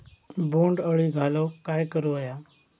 बोंड अळी घालवूक काय करू व्हया?